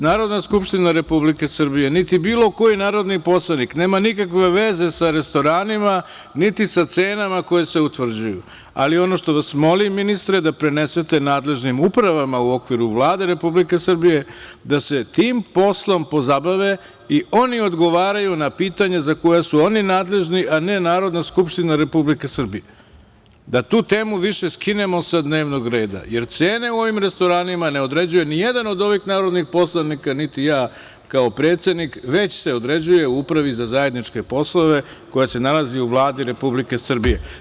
Narodna skupština Republike Srbije, niti bilo koji narodni poslanik nema nikakve veze sa restoranima, niti sa cenama koje se utvrđuju, ali ono što vas molim ministre, da prenesete nadležnim upravama u okviru Vlade Republike Srbije da se tim poslom pozabave i oni odgovaraju na pitanja za koja su oni nadležni, a ne Narodna skupština Republike Srbije, da tu temu više skinemo sa dnevnog reda, jer cene u ovim restoranima ne određuje nijedan od ovih narodnih poslanika, niti ja kao predsednik, već se određuje u Upravi za zajedničke poslove koja se nalazi u Vladi Republike Srbije.